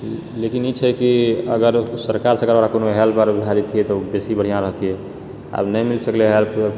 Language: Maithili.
लेकिन ई छैकि अगर सरकारसँ ओकरा कोनो हेल्प भए जेतिए तऽ ओ बेसी बढ़िआँ रहितिए आब नहि मिल सकलै हेल्प